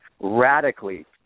radically